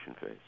phase